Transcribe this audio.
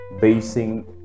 basing